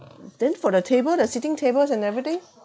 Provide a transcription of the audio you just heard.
then for the table the seating tables and everything